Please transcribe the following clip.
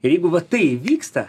ir jeigu va tai įvyksta